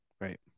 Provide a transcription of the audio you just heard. Right